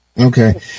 Okay